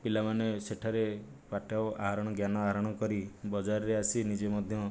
ପିଲାମାନେ ସେଠାରେ ପାଠ ଆହାରଣ ଜ୍ଞାନ ଆହାରଣ କରି ବଜାରରେ ଆସି ନିଜେ ମଧ୍ୟ